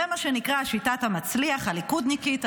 זה מה שנקרא שיטת מצליח הליכודניקית,